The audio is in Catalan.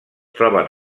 troben